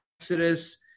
Exodus